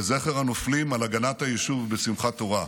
לזכר הנופלים על הגנת היישוב בשמחת תורה,